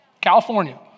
California